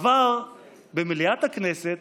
עבר במליאת הכנסת